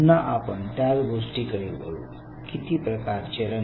पुन्हा आपण त्याच गोष्टीकडे वळू किती प्रकारचे रंग